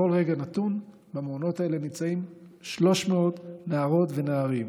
בכל רגע נתון במעונות האלה נמצאים 300 נערות ונערים,